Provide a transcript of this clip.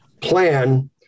plan